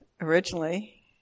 originally